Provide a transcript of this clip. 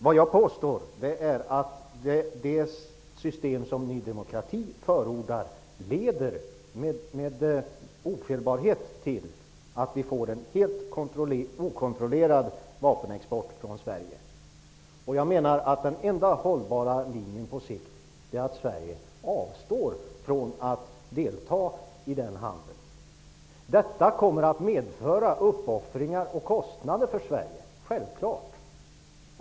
Vad jag påstår är att det system som Ny demokrati förordar ofelbart leder till att vi får en helt okontrollerad vapenexport från Sverige. Den enda hållbara linjen på sikt är att Sverige avstår från att delta i den handeln, menar jag. Det kommer självfallet att medföra uppoffringar och kostnader för Sverige.